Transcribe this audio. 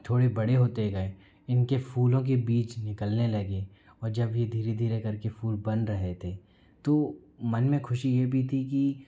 थोड़े बड़े होते गए इनके फूलों के बीज निकलने लगे और जब यह धीरे धीरे करके फूल बन रहे थे तो मन में खुशी हुई थी की